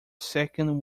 second